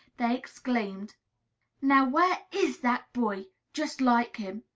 they exclaimed now, where is that boy? just like him!